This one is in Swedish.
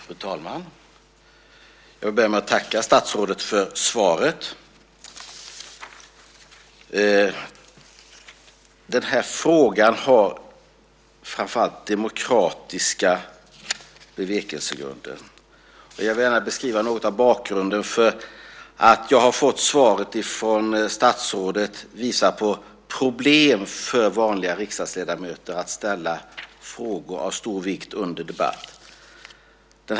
Fru talman! Jag börjar med att tacka statsrådet för svaret. Frågan har framför allt demokratiska bevekelsegrunder. Jag vill gärna beskriva bakgrunden till att jag har fått svaret från statsrådet. Det visar på problemet för vanliga riksdagsledamöter att ställa frågor av stor vikt under debatt.